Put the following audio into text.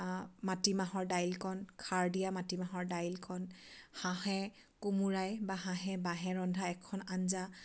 মাটিমাহৰ দাইলকণ খাৰ দিয়া মাটিমাহৰ দাইলকণ হাঁহে কোমোৰাই বা হাঁহে বাঁহে ৰন্ধা এখন আঞ্জা